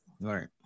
Right